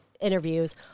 interviews